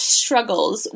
struggles